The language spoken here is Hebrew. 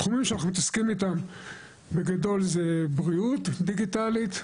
התחומים שאנחנו מתעסקים איתם בגדול זה בריאות דיגיטלית,